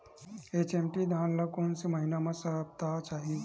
HMT धान ल कोन से महिना म सप्ता चाही?